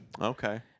okay